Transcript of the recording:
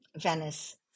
venice